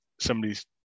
somebody's